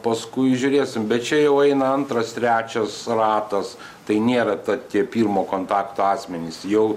paskui žiūrėsim bet čia jau eina antras trečias ratas tai nėra ta tie pirmo kontakto asmenys jau